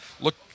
look